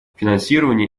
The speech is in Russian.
финансирование